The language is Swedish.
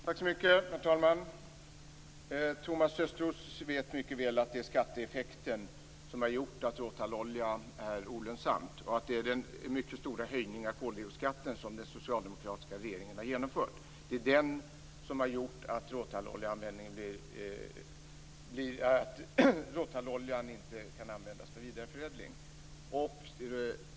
Herr talman! Thomas Östros vet mycket väl att det är skatteeffekten som har gjort att råtallolja är olönsamt och att det är den mycket stora höjning av koldioxidskatten som den socialdemokratiska regeringen har genomfört som har gjort att råtalloljan inte kan användas för vidareförädling.